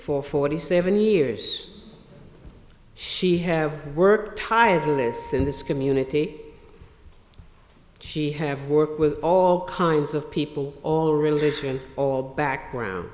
for forty seven years she have worked tiredness in this community she have worked with all kinds of people all religion all background